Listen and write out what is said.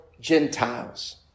Gentiles